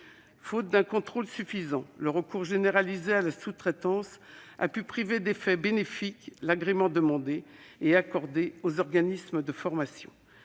Faute d'un contrôle suffisant, le recours généralisé à la sous-traitance a pu priver d'effet bénéfique l'agrément demandé et accordé aux organismes de formation.